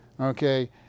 Okay